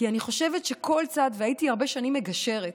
כי אני חושבת שכל צעד, והייתי הרבה שנים מגשרת.